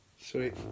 Sweet